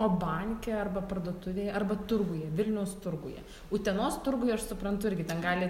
o banke arba parduotuvėje arba turguje vilniaus turguje utenos turguje aš suprantu irgi ten gali